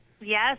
Yes